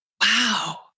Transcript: Wow